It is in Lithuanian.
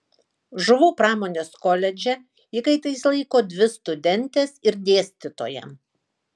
žuvų pramonės koledže įkaitais laiko dvi studentes ir dėstytoją